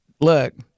look